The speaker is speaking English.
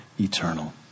eternal